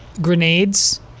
grenades